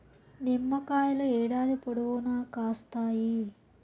నిమ్మకాయలు ఏడాది పొడవునా కాస్తాయి